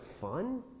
fun